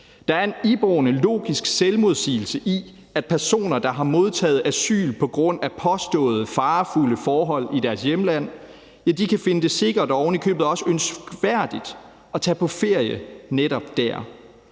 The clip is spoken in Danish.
Der er en iboende logisk selvmodsigelse i, at personer, der har modtaget asyl på grund af påståede farefulde forhold i deres hjemland, kan finde det sikkert og ovenikøbet også ønskværdigt at tage på ferie netop der.